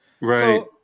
Right